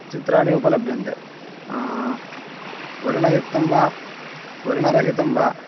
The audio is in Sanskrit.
चित्राणि उपलभ्यन्ते वर्णयुक्तं वा वर्णरहितं वा